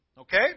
Okay